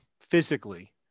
physically